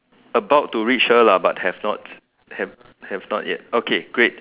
about to reach her lah but have not have have not yet okay great